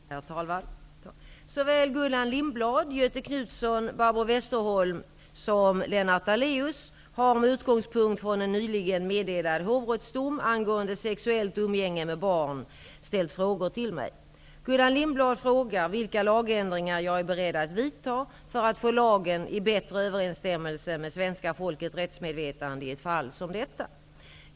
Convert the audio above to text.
Herr talman! Såväl Gullan Lindblad, Göthe Knutson, Barbro Westerholm som Lennart Daléus har med utgångspunkt från en nyligen meddelad hovrättsdom angående sexuellt umgänge med barn ställt frågor till mig. Gullan Lindblad frågar vilka lagändringar jag är beredd att vidta för att få lagen i bättre överensstämmelse med svenska folkets rättsmedvetande i ett fall som detta.